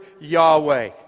Yahweh